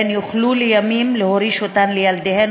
והן יוכלו לימים להוריש אותה לילדיהן,